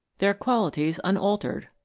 their qualities unaltered,